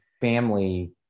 family